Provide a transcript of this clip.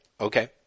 okay